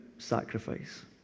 sacrifice